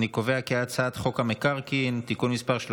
אני קובע כי הצעת חוק המקרקעין (תיקון מס' 37),